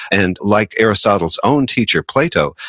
and like aristotle's own teacher, plato,